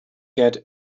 get